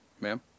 ma'am